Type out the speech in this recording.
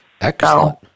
Excellent